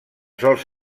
sols